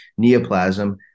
neoplasm